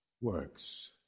Works